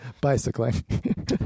bicycling